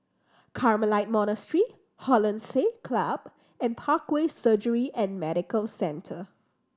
Carmelite Monastery Hollandse Club and Parkway Surgery and Medical Centre